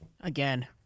Again